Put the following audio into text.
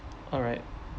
alright